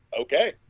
okay